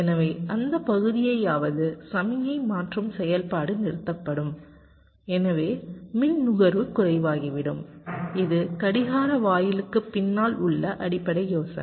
எனவே அந்த பகுதியையாவது சமிக்ஞை மாற்றும் செயல்பாடு நிறுத்தப்படும் எனவே மின் நுகர்வு குறைவாகிவிடும் இது கடிகார வாயிலுக்கு பின்னால் உள்ள அடிப்படை யோசனை